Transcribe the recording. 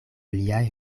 liaj